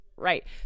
Right